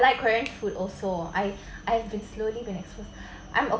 like korean food also I I've been slowly been exposed I'm